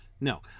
No